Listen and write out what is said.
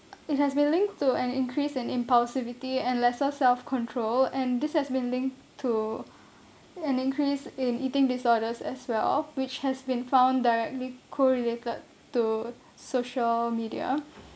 it has been linked to an increased in impulsivity and lesser self control and this has been linked to an increase in eating disorders as well which has been found directly correlated to social media